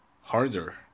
harder